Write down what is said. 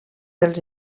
dels